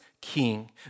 king